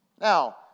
Now